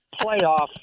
playoff